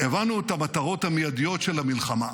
הבנו את המטרות המיידיות של המלחמה,